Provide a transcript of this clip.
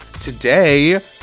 Today